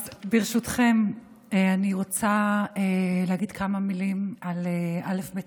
אז ברשותכם אני רוצה להגיד כמה מילים על א.ב.